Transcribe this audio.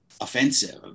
offensive